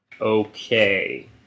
Okay